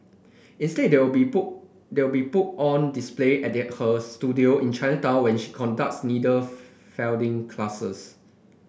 instead they will be put they will be put on display at her studio in Chinatown where she conducts needle felting classes